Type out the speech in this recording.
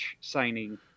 signing